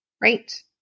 right